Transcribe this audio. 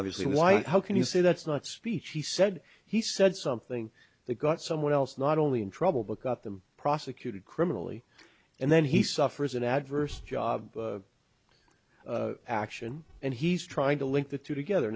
obviously white how can you say that's not speech he said he said something that got someone else not only in trouble because of them prosecuted criminally and then he suffers an adverse job action and he's trying to link the two together